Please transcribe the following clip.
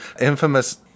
infamous